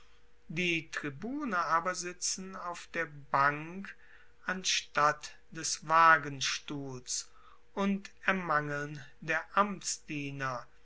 die tribune aber sitzen auf der bank anstatt des wagenstuhls und ermangeln der